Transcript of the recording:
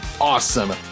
awesome